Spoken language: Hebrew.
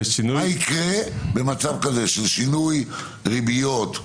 מה יקרה במצב של שינוי ריביות,